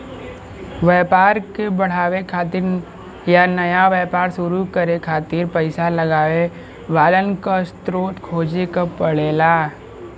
व्यापार क बढ़ावे खातिर या नया व्यापार शुरू करे खातिर पइसा लगावे वालन क स्रोत खोजे क पड़ला